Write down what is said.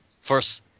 first